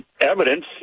evidence